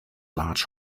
large